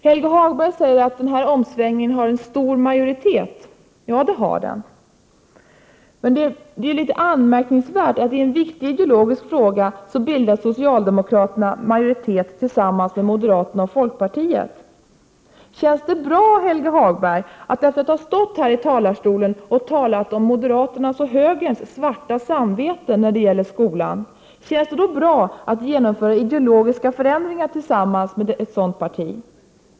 Helge Hagberg säger att bakom denna omsvängning finns en stor majoritet. Ja, men det är litet anmärkningsvärt att socialdemokraterna i en viktig ideologisk fråga bildar majoritet tillsammans Prot. 1988/89:63 med moderaterna och folkpartiet. Känns det bra, Helge Hagberg, att efter 8 februari 1989 att ha stått här i talarstolen och talat om moderaternas och högerns svarta samvete när det gäller skolan genomföra ideologiska förändringar tillsammans med ett sådant parti?